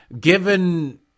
given